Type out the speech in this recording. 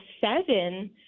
seven